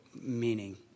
meaning